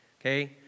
okay